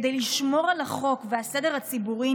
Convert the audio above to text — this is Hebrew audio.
כדי לשמור על החוק והסדר הציבורי,